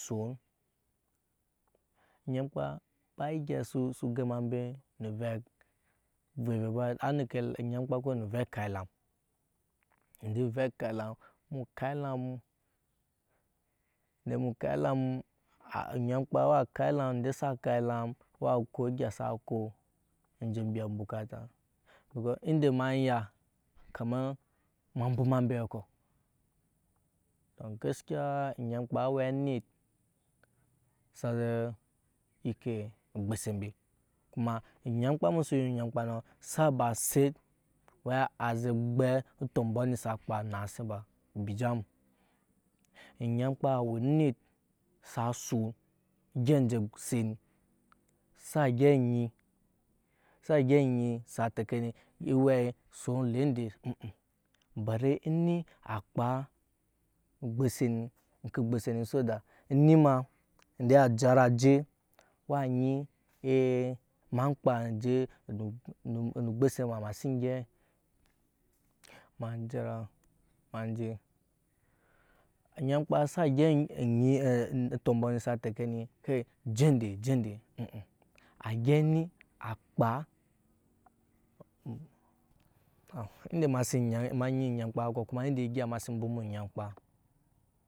Son nyampa ba egei su gema embe nu vɛ ovɛvɛ ba a neke nyamkpa kewe nu ovɛ ekap elam ende ovɛ ekap elam mu wo kap elam mu onyankpa wa ka dam enda sa kap elam wa ko egya sa ko enje embiya bukata ovɛ ende ema enya ema embwoma mbe kɔ a gaskiya onyamkpa a we anit se ze a yike ogbose mbe kuma onyamkpa musu ya onyamkpa nɔ sa ba set ya aze gbɛp ootɔmɔ ni sa kpaa naa se ba ejija mu onyamkpa awe onit sa soon gyɛp enje e se ni sa gyɛp anyi sa teke owɛi soon o lee ende bari eni a kpaa oŋke so da eni ma wa jara je wa e e emea kpa enje nu ogbose ema ema sin gyɛp ma jaraa ma nje onyamkpa sa gyɛp otɔmbɔ sa tee o je ende je ende a gyɛp eni a kpaa ende nyina enyi enyamkpa kɔ kuma ende egya ena sin bwoma onyamkpa.